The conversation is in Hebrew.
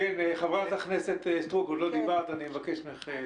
חברת הכנסת סטרוק, בבקשה.